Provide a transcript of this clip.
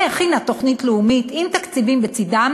והכינה תוכנית לאומית עם תקציבים בצדה,